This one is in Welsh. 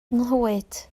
nghlwyd